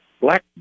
black